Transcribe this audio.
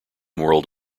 world